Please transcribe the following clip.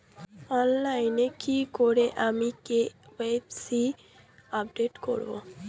অনলাইনে কি করে আমি কে.ওয়াই.সি আপডেট করব?